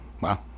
Wow